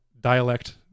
dialect